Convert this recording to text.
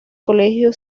colegio